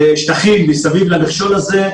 שטחים מסביב למכשול הזה,